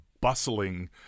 bustling